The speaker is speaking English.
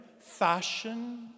fashion